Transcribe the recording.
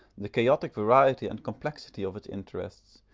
the chaotic variety and complexity of its interests,